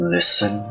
Listen